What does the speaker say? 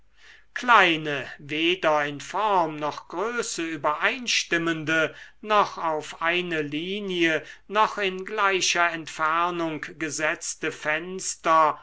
kleine weder in form noch größe übereinstimmende noch auf eine linie noch in gleicher entfernung gesetzte fenster